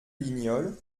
lignol